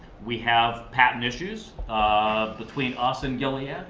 we have patent issues um between us and gilead.